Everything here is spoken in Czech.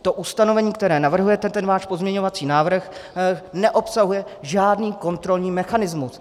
To ustanovení, které navrhujete, ten váš pozměňovací návrh neobsahuje žádný kontrolní mechanismus.